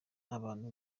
abantu